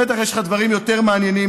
בטח יש לך דברים יותר מעניינים